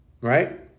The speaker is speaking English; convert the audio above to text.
Right